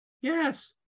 Yes